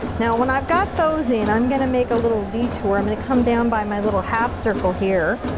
now, when i've got those in, i'm gonna make a little detour. i'm gonna come down by my little half circle here.